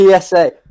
PSA